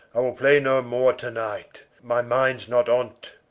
i will play no more to night, my mindes not on't,